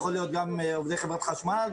גם עובדי חברת החשמל,